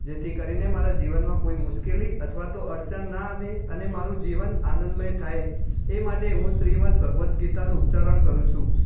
જેથી કરીને મારા જીવનમાં કોઈ મુશ્કેલી અથવા તો અડચણ ન આવે અને મારું જીવન આનંદમય થાય તે માટે હું શ્રીમદ્ ભગવદ્ ગીતાનું ઉચ્ચારણ કરું છું